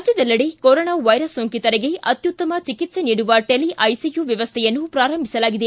ರಾಜ್ಯದೆಲ್ಲೆಡೆ corona virus ಸೋಂಕಿತರಿಗೆ ಅತ್ಯುತ್ತಮ ಚಿಕಿತ್ಸೆ ನೀಡುವ ಟೆಲಿ ಐಸಿಯು ವ್ಯವಸ್ಥೆಯನ್ನು ಪ್ರಾರಂಭಿಸಲಾಗಿದೆ